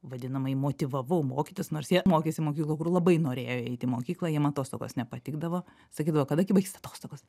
vadinamai motyvavau mokytis nors jie mokėsi mokykloj kur labai norėjo eit į mokyklą jiem atostogos nepatikdavo sakydavo kadagi baigsis atostogos